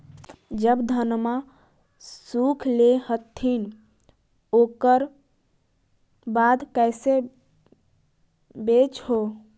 जब धनमा सुख ले हखिन उकर बाद कैसे बेच हो?